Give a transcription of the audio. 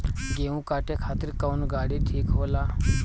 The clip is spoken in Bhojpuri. गेहूं काटे खातिर कौन गाड़ी ठीक होला?